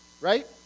right